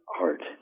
art